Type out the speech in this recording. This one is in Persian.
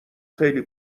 خیلی